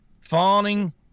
fawning